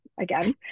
again